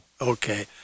okay